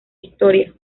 historia